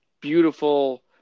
beautiful